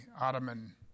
Ottoman